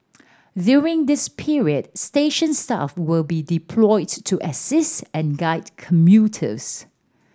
during this period station staff will be deployed to assist and guide commuters